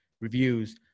reviews